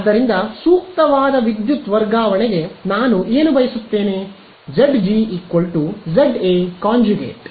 ಆದ್ದರಿಂದ ಸೂಕ್ತವಾದ ವಿದ್ಯುತ್ ವರ್ಗಾವಣೆಗೆ ನಾನು ಏನು ಬಯಸುತ್ತೇನೆ Zg ಜೆಡ್ ಎ ಕಾಂಜುಗೇಟ್